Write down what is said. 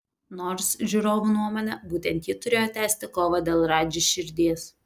nors žiūrovų nuomone būtent ji turėjo tęsti kovą dėl radži širdies